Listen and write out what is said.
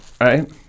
right